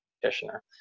practitioner